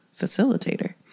Facilitator